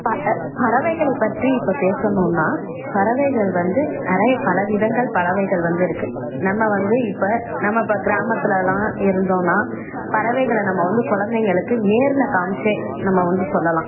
ப பறவைகளை பற்றி இப்போ பேசணும்னா பறவைகள் வந்து நிறைய பல விதங்கள் பறவைகள் வந்து இருக்குது நம்ம வந்து இப்போ நம்ம இப்போ கிராமத்திலலாம் இருந்தோம்னா பறவைகளை நம்ம வந்து குலந்தைங்களுக்கு நேர்ல காமிச்சே நம்ம வந்து சொல்லலாம்